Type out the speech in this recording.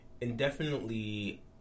indefinitely